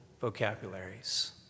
vocabularies